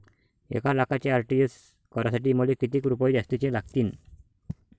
एक लाखाचे आर.टी.जी.एस करासाठी मले कितीक रुपये जास्तीचे लागतीनं?